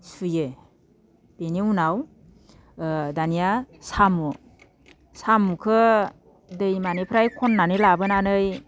सुयो बेनि उनाव ओ दानिया साम' साम'खो दैमानिफ्राय खननानै लाबोनानै